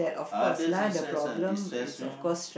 others is stress lah destress